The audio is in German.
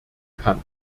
kann